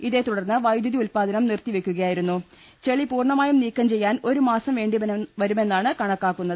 ഇതേ തുടർന്ന് വൈദ്യുതി ഉത്പാ ദനം നിർത്തിവെയ്ക്കുകയായിരുന്നു ചെളി പൂർണ്ണമായും നീക്കം ചെയ്യാൻ ഒരു മാസം വേണ്ടി വരുമെന്നാണ് കണക്കാക്കുന്നത്